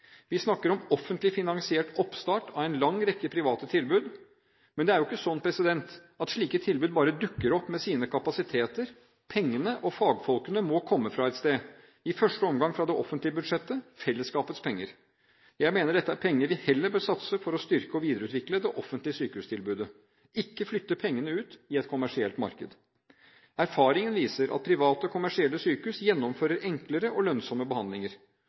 Vi snakker om en offentlig finansiert oppstart av en lang rekke private tilbud. Men det er ikke sånn at slike tilbud bare dukker opp med sine kapasiteter. Pengene og fagfolkene må komme fra et sted, i første omgang fra det offentlige budsjettet – fellesskapets penger. Jeg mener at dette er penger vi heller bør satse for å styrke og videreutvikle det offentlige sykehustilbudet, ikke flytte pengene ut i et kommersielt marked. Erfaringen viser at private, kommersielle sykehus gjennomfører enklere og lønnsomme behandlinger.